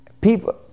People